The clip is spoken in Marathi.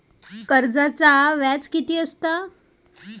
कर्जाचा व्याज कीती असता?